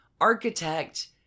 architect